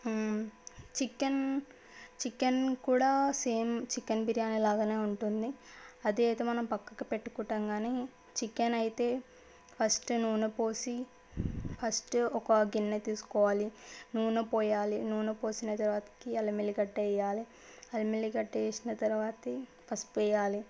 chicken chicken కూడా same chicken biryani లాగానే ఉంటుంది అది అయితే మనం ప్రక్కకి పెట్టుకుంటాము కానీ చికెన్ అయితే ఫస్ట్ నూనె పోసి ఫస్ట్ ఒక గిన్నె తీసుకోవాలి నూనె పోయాలి నూనె పోసిన తరువాతకి అల్లం వెల్లిగడ్డ వేయాలి అల్లం వెల్లిగడ్డ వేసిన తరువాత పసుపు వేయాలి